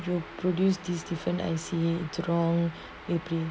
you produce these different I_C it's wrong okay